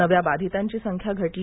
नव्या बाधितांची संख्या घटली